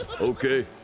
Okay